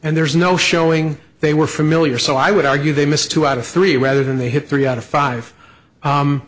and there's no showing they were familiar so i would argue they missed two out of three rather than they had three out of five